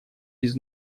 без